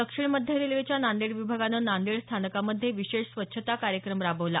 दक्षिण मध्य रेल्वेच्या नांदेड विभागानं नांदेड स्थानकामध्ये विशेष स्वच्छता कार्यक्रम राबवण्यात आला